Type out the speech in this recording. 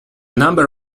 number